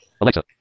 Alexa